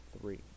three